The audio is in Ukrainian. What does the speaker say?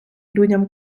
людям